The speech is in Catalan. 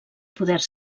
poders